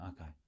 okay